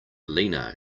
lenna